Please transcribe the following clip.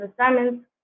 assignments